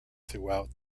throughout